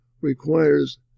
requires